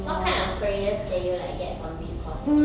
what kind of careers can you like get from this course though